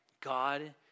God